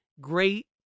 great